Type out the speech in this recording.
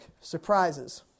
surprises